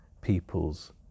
people's